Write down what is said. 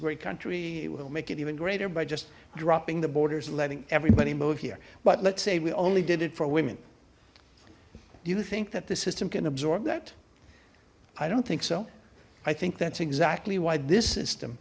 great country it will make it even greater by just dropping the borders letting everybody move here but let's say we only did it for women do you think that the system can absorb that i don't think so i think that's exactly why this system